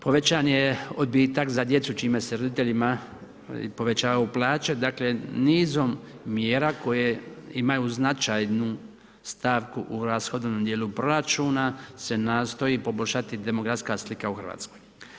Povećan je odbitak za djecu čime se roditeljima povećavaju plaže, dakle nizom mjera koje imaju značajnu stavku u rashodovnom djelu proračuna se nastoji poboljšati demografska slika u Hrvatskoj.